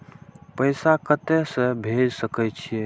पैसा कते से भेज सके छिए?